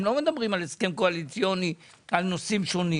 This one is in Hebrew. הם לא מדברים על הסכם קואליציוניים על נושאים שונים